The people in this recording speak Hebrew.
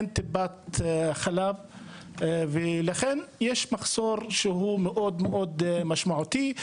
אין טיפת חלב ולכן יש מחסור שהוא מאוד מאוד משמעותי,